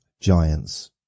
giants